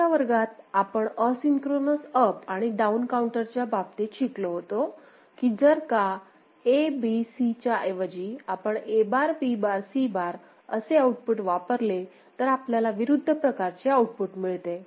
मागच्या वर्गात आपण असिंक्रोनस अप आणि डाऊन काउंटरच्या बाबतीत शिकलो होतो की जर का ABC च्या ऐवजी आपण A बारB बारC बार असे आउटपुट वापरले तर आपल्याला विरुद्ध प्रकारचे आउटपुट मिळते